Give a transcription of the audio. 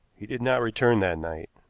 he did not return that night.